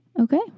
okay